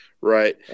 Right